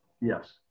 Yes